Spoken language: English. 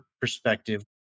perspective